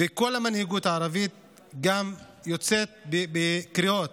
וכל המנהיגות הערבית יוצאת בקריאות